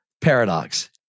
paradox